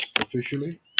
officially